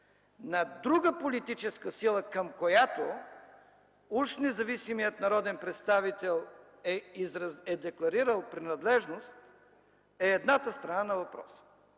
на друга политическа сила, към която уж независимият народен представител е декларирал принадлежност, е едната страна на въпроса.